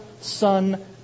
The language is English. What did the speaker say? Son